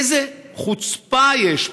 איזו חוצפה יש פה.